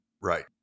right